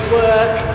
work